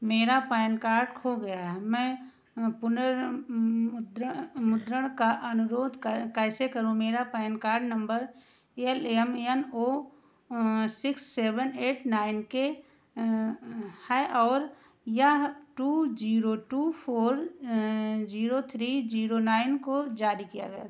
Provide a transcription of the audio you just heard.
मेरा PAN card खो गया है मैं पुन र्मुद्रण का अनुरोध कैसे करूँ मेरा PAN card number L M N O six seven eight nine K है और यह two zero two four zero three zero nine को जारी किया गया था